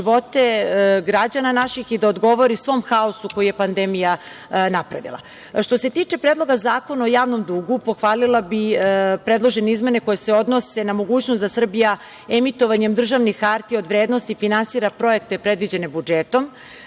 živote građana naših i da odgovori svom haosu koji je pandemija napravila. Što se tiče Predloga zakona o javnom dugu, pohvalila bih predložene izmene koje se odnose na mogućnost da Srbija emitovanjem državnih hartija od vrednosti finansira projekte predviđene budžetom.